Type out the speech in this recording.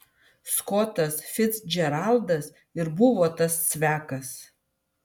skotas ficdžeraldas ir buvo tas cvekas